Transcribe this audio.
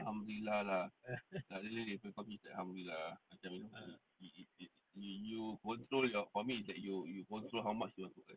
alhamdulillah lah really really for me is that alhamdulillah macam you know you control for me is that you control how much you want to earn